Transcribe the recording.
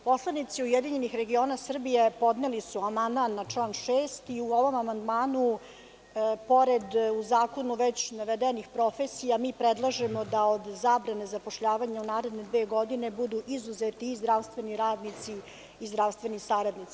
Poslanici URS podneli su amandman na član 6. i u ovom amandmanu pored u zakonu već navedenih profesija mi predlažemo da od zabrane zapošljavanja u naredne dve godine budu izuzeti i zdravstveni radnici i zdravstveni saradnici.